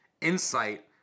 insight